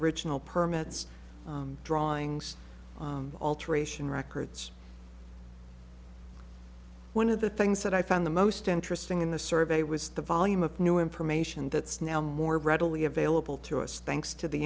original permits drawings alteration records one of the things that i found the most interesting in the survey was the volume of new information that's now more readily available to us thanks to the